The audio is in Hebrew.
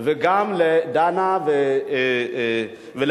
וגם לדנה ולנירה,